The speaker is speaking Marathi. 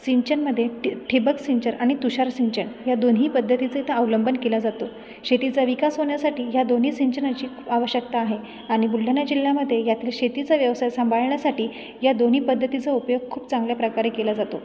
सिंचनमधे टी ठिबकसिंचर आणि तुषारसिंचन ह्या दोन्ही पद्धतीचे इथं अवलंबन केला जातो शेतीचा विकास होण्यासाठी ह्या दोन्ही सिंचनाची आवश्यकता आहे आणि बुलढाणा जिल्ह्यामध्ये ह्यातली शेतीचा व्यवसाय सांभाळण्यासाठी या दोन्ही पद्धतीचा उपयोग खूप चांगल्या प्रकारे केला जातो